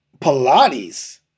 Pilates